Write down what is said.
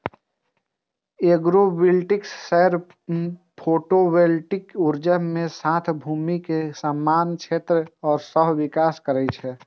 agrovoltaics सौर photovoltaic ऊर्जा के साथ भूमि के समान क्षेत्रक सहविकास करै छै